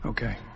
Okay